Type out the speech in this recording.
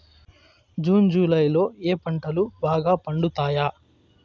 June July లో ఏ పంటలు బాగా పండుతాయా?